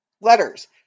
letters